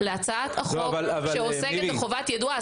להצעת החוק שעוסקת בחובת יידוע.